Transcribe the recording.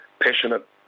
passionate